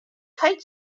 kite